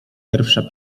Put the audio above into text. pierwsza